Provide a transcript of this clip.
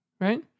right